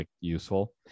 useful